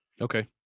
Okay